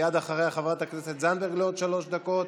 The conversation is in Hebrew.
מייד אחריה, חברת הכנסת זנדברג לעוד שלוש דקות,